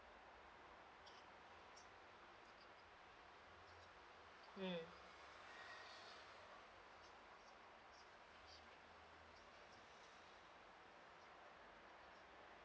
mm